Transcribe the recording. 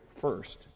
first